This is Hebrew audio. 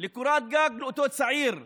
לקורת גג לאותו צעיר מסח'נין,